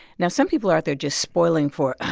now some people are out there just spoiling for,